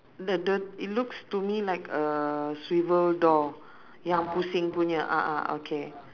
the the it looks to me like a swivel door ya pusing punya a'ah okay